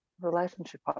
Relationship